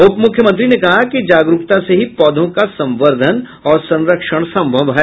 उप मुख्यमंत्री ने कहा कि जागरूकता से ही पौधों का संवर्द्वन और संरक्षण संभव है